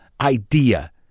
idea